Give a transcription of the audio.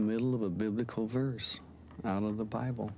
the middle of a biblical verse out of the bible